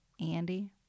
Andy